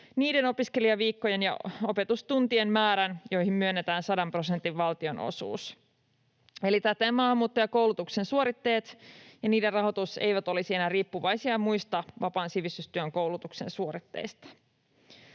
niiden opiskelijaviikkojen ja opetustuntien määrän, jolle myönnetään sadan prosentin valtionosuus. Täten maahanmuuttajakoulutuksen suoritteet ja niiden rahoitus eivät olisi enää riippuvaisia muista vapaan sivistystyön koulutuksen suoritteista.